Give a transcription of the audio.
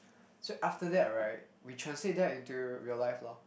so after that right we translate that into real life loh